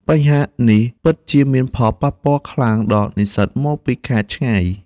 បញ្ហានេះពិតជាមានផលប៉ះពាល់ខ្លាំងដល់និស្សិតមកពីខេត្តឆ្ងាយ។